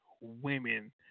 women